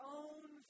own